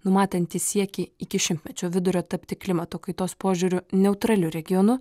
numatanti siekį iki šimtmečio vidurio tapti klimato kaitos požiūriu neutraliu regionu